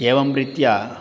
एवं रीत्या